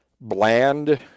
bland